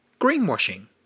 Greenwashing